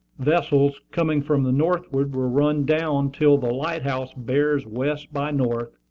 vessels coming from the northward will run down till the light-house bears west by north,